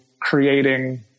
creating